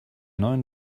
neuen